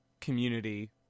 community